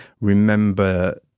remember